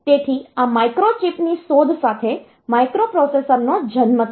તેથી આ માઇક્રોચિપ ની શોધ સાથે માઇક્રોપ્રોસેસરનો જન્મ થયો